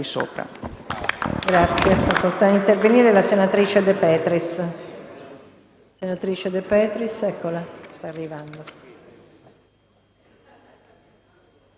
sopra